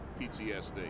PTSD